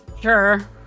Sure